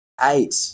eight